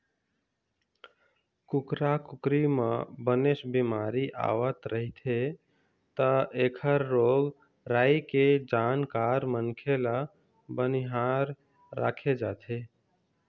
कुकरा कुकरी म बनेच बिमारी आवत रहिथे त एखर रोग राई के जानकार मनखे ल बनिहार राखे जाथे